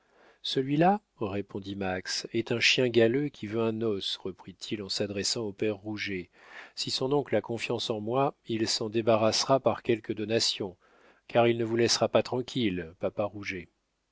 celui-là répondit max est un chien galeux qui veut un os reprit-il en s'adressant au père rouget si son oncle a confiance en moi il s'en débarrassera par quelque donation car il ne vous laissera pas tranquille